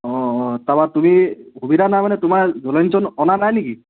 অঁ অঁ তাৰাপৰা তুমি সুবিধা নাই মানে তোমাৰ জলসিঞ্চন অনা নাই নেকি